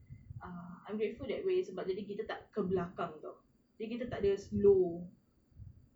ah I'm grateful that we jadi ita tak ke belakang [tau] jadi kita tak ada slow